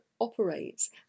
operates